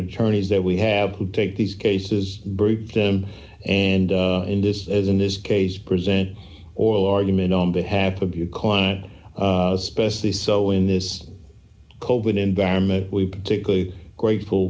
attorneys that we have to take these cases brief them and in this as in this case present oral argument on behalf of your client especially so in this coven environment we particularly grateful